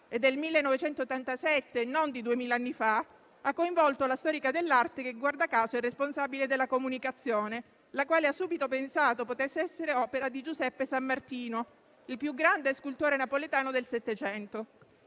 è del 1987 e non di duemila anni fa, ha coinvolto la storica dell'arte che, guarda caso, è responsabile della comunicazione, la quale ha subito pensato potesse essere opera di Giuseppe Sammartino, il più grande scultore napoletano del Settecento.